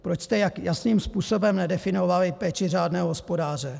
Proč jste jasným způsobem nedefinovali péči řádného hospodáře?